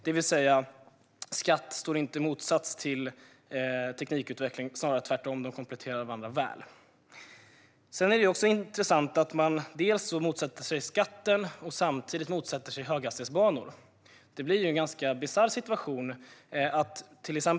Skatt står alltså inte i motsats till teknikutveckling, snarare tvärtom - de kompletterar varandra väl. Det är intressant att man motsätter sig skatten samtidigt som man motsätter sig höghastighetsbanor. Det blir en ganska bisarr situation.